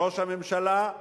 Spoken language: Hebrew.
ראש הממשלה,